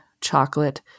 chocolate